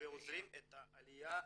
ועוזרים לעליה,